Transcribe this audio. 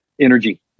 energy